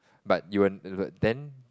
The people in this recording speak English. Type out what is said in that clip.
but you won't then